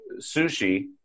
sushi